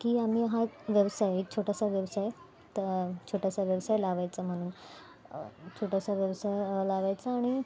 की आम्ही हा व्यवसाय एक छोटासा व्यवसाय तर छोटासा व्यवसाय लावायचा म्हणून छोटासा व्यवसाय लावायचा आणि